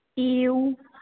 એવું